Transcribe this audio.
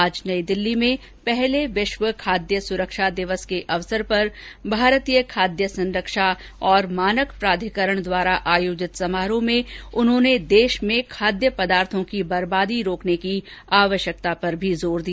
आज नई दिल्ली में पहले विश्व खाद्य सुरक्षा दिवस के अवसर पर भारतीय खाद्य संरक्षा और मानक प्राधिकरण द्वारा आयोजित समारोह में उन्होंने देश में खाद्य पदार्थों की बरबादी रोकने की आवश्यकता पर भी जोर दिया